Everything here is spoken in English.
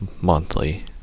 monthly